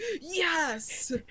yes